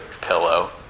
pillow